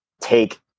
take